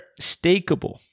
stakeable